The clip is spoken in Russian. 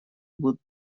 будут